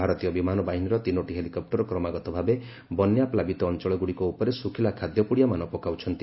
ଭାରତୀୟ ବିମାନ ବାହିନୀର ତିନୋଟି ହେଲିକପୁର କ୍ରମାଗତ ଭାବେ ବନ୍ୟା ପ୍ଲାବିତ ଅଞ୍ଚଳଗୁଡ଼ିକ ଉପରେ ଶୁଖିଲା ଖାଦ୍ୟପୁଡ଼ିଆମାନ ପକାଉଛନ୍ତି